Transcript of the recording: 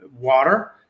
water